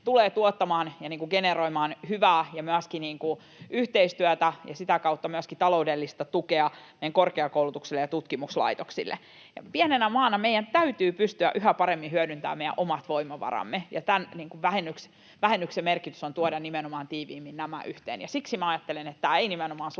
tulee tuottamaan ja generoimaan hyvää ja myöskin yhteistyötä ja sitä kautta myöskin taloudellista tukea korkeakoulutukselle ja tutkimuslaitoksille. Pienenä maana meidän täytyy pystyä yhä paremmin hyödyntämään meidän omat voimavaramme, ja tämän vähennyksen merkitys on nimenomaan tuoda nämä tiiviimmin yhteen. Siksi minä ajattelen, että tämä ei nimenomaan sulje